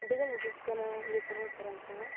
ᱟᱹᱰᱤᱜᱟᱱ ᱩᱰᱩᱠ ᱠᱟᱱᱟ ᱤᱭᱟᱹ ᱠᱚᱦᱚᱸ ᱯᱷᱚᱨᱚᱢ ᱠᱚᱦᱚᱸ